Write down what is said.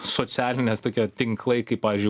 socialinės tokie tinklai kaip pavyzdžiui